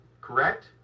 correct